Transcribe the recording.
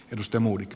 risto murto